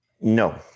No